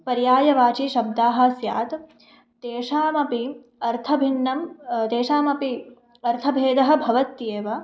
पर्यायवाचि शब्दाः स्यात् तेषामपि अर्थभिन्नं तेषामपि अर्थभेदः भवत्येव